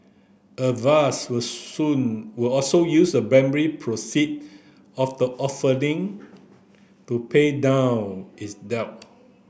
avast will soon will also use the primary proceed of the offering to pay down its debt